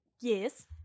yes